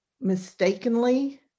mistakenly